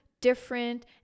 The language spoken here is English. Different